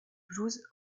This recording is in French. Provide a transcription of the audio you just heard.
blues